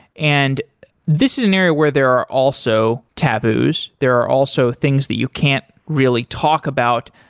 and this is an area where there are also taboos. there are also things that you can't really talk about,